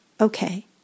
Okay